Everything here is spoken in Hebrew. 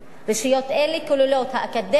רשויות אלה כוללות את האקדמיה,